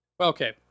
Okay